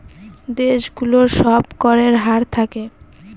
দেশ গুলোর সব করের হার থাকে